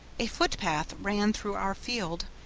a footpath ran through our field,